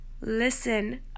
Listen